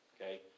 okay